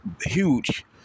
huge